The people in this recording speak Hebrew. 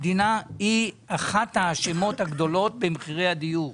המדינה היא אחת האשמות הגדולות במחירי הדיור.